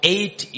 Eight